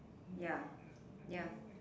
ya ya